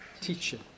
teaching